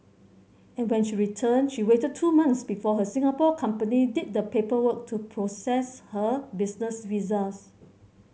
and when she returned she waited two months before her Singapore company did the paperwork to process her business visas